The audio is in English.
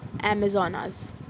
amazons